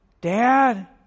Dad